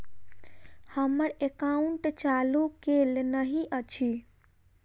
हम्मर एकाउंट चालू केल नहि अछि?